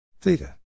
Theta